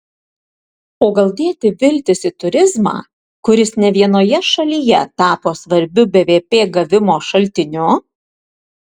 o gal dėti viltis į turizmą kuris ne vienoje šalyje tapo svarbiu bvp gavimo šaltiniu